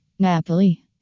Napoli